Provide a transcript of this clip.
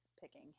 picking